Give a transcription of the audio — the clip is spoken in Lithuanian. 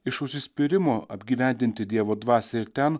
iš užsispyrimo apgyvendinti dievo dvasią ir ten